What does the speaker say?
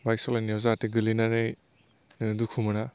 bike सलायनायाव जाहाते गोलैनानै दुखु मोना